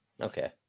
Okay